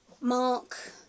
Mark